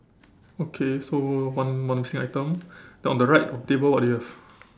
okay so one one missing item then on the right on the table what do you have